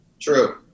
True